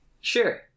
sure